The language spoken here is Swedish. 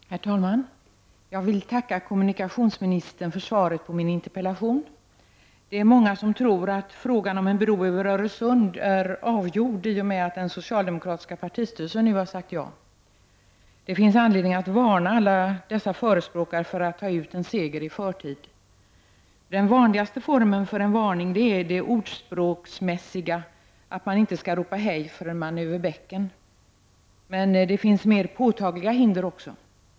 Herr talman! Jag vill tacka kommunikationsministern för svaret på min interpellation. Det är många som tror att frågan om en bro över Öresund är avgjord i och med att den socialdemokratiska partistyrelsen nu har sagt ja. Det finns anledning att varna alla dessa förespråkare för att ta ut en seger i förtid. Den vanligaste formen för en varning är det ordspråksmässiga att inte ropa hej förrän man är över bäcken. Men det finns mer påtagliga hinder också.